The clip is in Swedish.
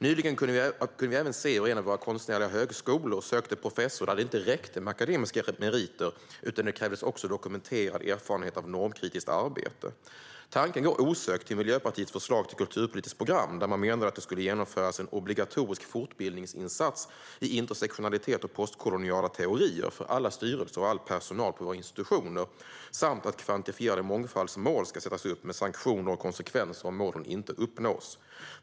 Nyligen kunde vi även se hur en av våra konstnärliga högskolor sökte en professor och där det inte räckte med akademiska meriter utan också krävdes dokumenterad erfarenhet av normkritiskt arbete. Tanken går osökt till Miljöpartiets förslag till kulturpolitiskt program, där man menade att det skulle genomföras en obligatorisk fortbildningsinsats i intersektionalitet och postkoloniala teorier för alla styrelser och all personal på våra institutioner samt att kvantifierade mångfaldsmål skulle sättas upp, med sanktioner och konsekvenser om målen inte uppnås.